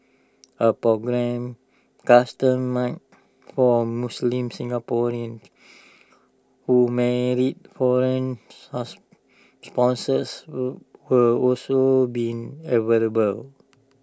A programme customised for Muslim Singaporeans who marry foreign spouses will also be available